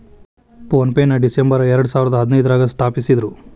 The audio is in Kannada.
ಫೋನ್ ಪೆನ ಡಿಸಂಬರ್ ಎರಡಸಾವಿರದ ಹದಿನೈದ್ರಾಗ ಸ್ಥಾಪಿಸಿದ್ರು